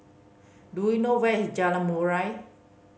do you know where is Jalan Murai